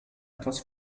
etwas